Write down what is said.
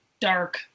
dark